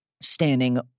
standing